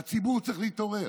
והציבור צריך להתעורר.